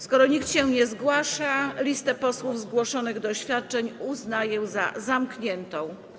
Skoro nikt się nie zgłasza, listę posłów zgłoszonych do oświadczeń uznaję za zamkniętą.